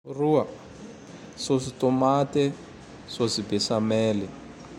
Roa! Sôsy Tômate, sôsy besamely.